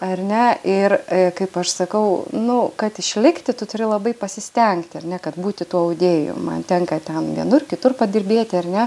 ar ne ir kaip aš sakau nu kad išlikti tu turi labai pasistengti ar ne kad būti tuo audėju man tenka ten vienur kitur padirbėti ar ne